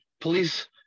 police